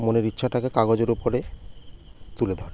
মনের ইচ্ছাটাকে কাগজের ওপরে তুলে ধরে